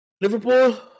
Liverpool